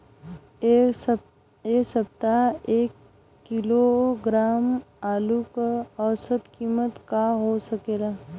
एह सप्ताह एक किलोग्राम आलू क औसत कीमत का हो सकेला?